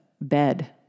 bed